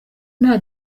nta